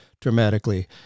dramatically